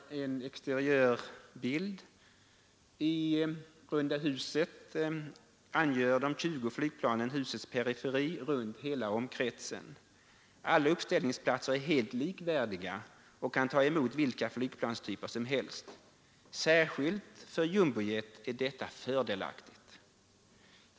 I runda huset angör de 20 flygplanen husets periferi runt hela omkretsen. Alla uppställningsplatser är helt likvärdiga och kan ta emot vilka flygplanstyper som helst. Särskilt för jumbojet är detta fördelaktigt.